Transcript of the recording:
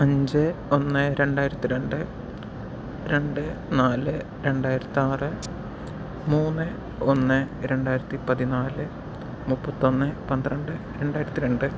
അഞ്ച് ഒന്ന് രണ്ടായിരത്തി രണ്ട് രണ്ട് നാല് രണ്ടായിരത്താറ് മൂന്ന് ഒന്ന് രണ്ടായിരത്തി പതിനാല് മുപ്പത്തൊന്ന് പന്ത്രണ്ട് രണ്ടായിരത്തി രണ്ട്